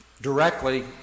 directly